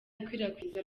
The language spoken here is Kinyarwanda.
ikwirakwizwa